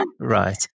Right